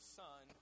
son